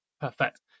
Perfect